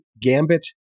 Gambit